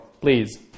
please